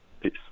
Peace